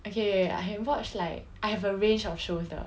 okay I have watched like I have a range of shows 的